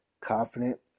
Confident